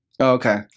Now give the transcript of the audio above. Okay